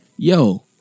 Yo